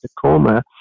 Tacoma